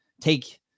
take